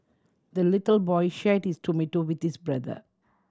the little boy shared his tomato with his brother